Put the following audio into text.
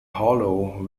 hollow